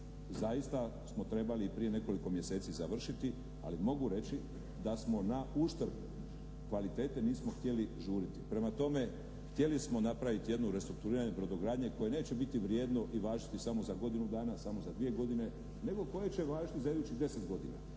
zaista smo trebali prije nekoliko mjeseci završiti ali mogu reći da smo na uštrb kvalitete nismo htjeli žuriti. Prema tome, htjeli smo napraviti jedno restrukturiranje brodogradnje koje neće biti vrijedno i važiti samo za godinu dana, samo za dvije godine nego koje će važiti za idućih deset godina